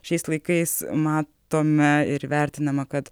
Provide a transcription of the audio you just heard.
šiais laikais matome ir vertinama kad